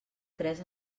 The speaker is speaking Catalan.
tres